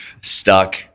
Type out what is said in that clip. stuck